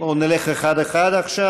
בואו נלך אחד-אחד עכשיו.